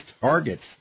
targets